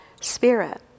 spirit